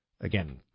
Again